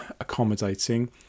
accommodating